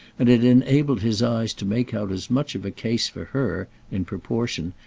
and it enabled his eyes to make out as much of a case for her, in proportion,